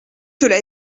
cela